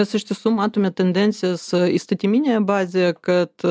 mes iš tiesų matome tendencijas įstatyminėje bazėje kad